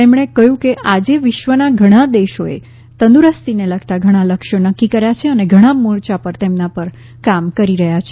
તેમણે કહ્યું આજે વિશ્વના ઘણા દેશોએ તંદુરસ્તીને લગતા ઘણા લક્ષ્ચો નક્કી કર્યા છે અને ઘણા મોરચા પર તેમના પર કામ કરી રહ્યા છે